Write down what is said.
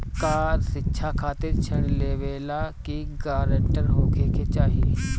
का शिक्षा खातिर ऋण लेवेला भी ग्रानटर होखे के चाही?